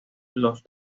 los